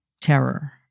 terror